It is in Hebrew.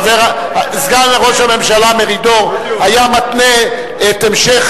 סגן ראש הממשלה מרידור היה מתנה את המשך,